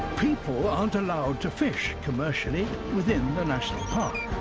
people aren't allowed to fish commercially within the national park,